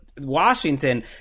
Washington